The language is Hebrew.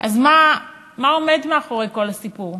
אז מה עומד מאחורי כל הסיפור?